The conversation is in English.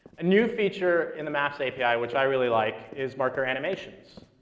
a new feature in the maps api which i really like is marker animations.